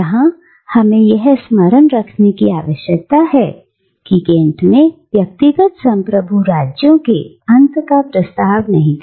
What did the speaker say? यहां हमें यह स्मरण रखने की आवश्यकता है कि केंट ने व्यक्तिगत संप्रभु राज्यों के अंत का प्रस्ताव नहीं दिया